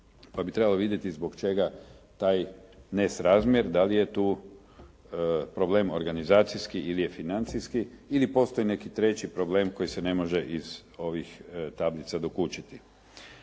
pa bi trebalo vidjeti zbog čega taj nesrazmjrno, dali je tu problem organizacijski ili je financijski ili postoji neki treći problem koji se ne može iz ovih tablica dokučiti.